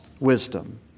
wisdom